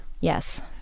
Yes